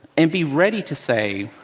and be ready to say,